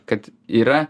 kad yra